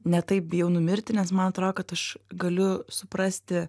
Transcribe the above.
ne taip bijau numirti nes man atrodo kad aš galiu suprasti